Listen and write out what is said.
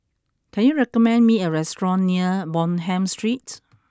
can you recommend me a restaurant near Bonham Street